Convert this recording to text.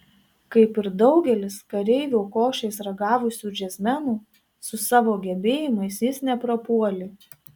kaip ir daugelis kareivio košės ragavusių džiazmenų su savo gebėjimais jis neprapuolė